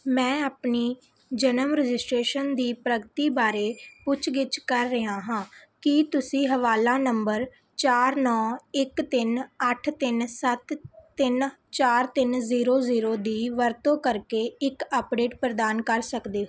ਮੈਂ ਆਪਣੀ ਜਨਮ ਰਜਿਸਟ੍ਰੇਸ਼ਨ ਦੀ ਪ੍ਰਗਤੀ ਬਾਰੇ ਪੁੱਛ ਗਿੱਛ ਕਰ ਰਿਹਾ ਹਾਂ ਕੀ ਤੁਸੀਂ ਹਵਾਲਾ ਨੰਬਰ ਚਾਰ ਨੌਂ ਇੱਕ ਤਿੰਨ ਅੱਠ ਤਿੰਨ ਸੱਤ ਤਿੰਨ ਚਾਰ ਤਿੰਨ ਜ਼ੀਰੋ ਜ਼ੀਰੋ ਦੀ ਵਰਤੋਂ ਕਰਕੇ ਇੱਕ ਅੱਪਡੇਟ ਪ੍ਰਦਾਨ ਕਰ ਸਕਦੇ ਹੋ